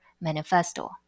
manifesto